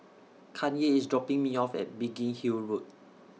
Kanye IS dropping Me off At Biggin Hill Road